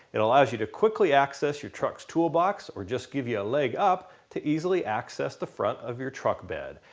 it allows you to quickly access your trucks toolbox, or just give you a leg up to easily access the front of your truck bed.